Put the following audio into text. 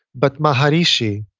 but maharishi